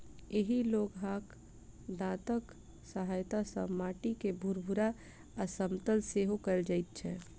एहि लोहाक दाँतक सहायता सॅ माटि के भूरभूरा आ समतल सेहो कयल जाइत छै